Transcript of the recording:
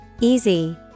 Easy